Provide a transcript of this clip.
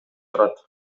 турат